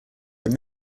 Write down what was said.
but